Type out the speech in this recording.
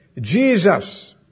Jesus